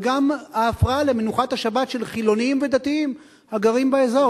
וגם ההפרעה למנוחת השבת של חילונים ודתיים הגרים באזור.